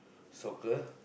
soccer